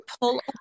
pull